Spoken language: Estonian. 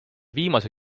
viimase